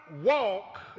walk